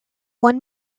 one